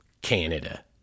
Canada